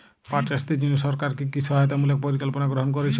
পাট চাষীদের জন্য সরকার কি কি সহায়তামূলক পরিকল্পনা গ্রহণ করেছে?